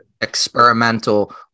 experimental